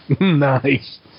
Nice